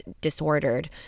disordered